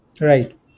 Right